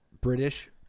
British